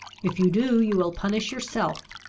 if you do, you will punish yourself,